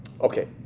Okay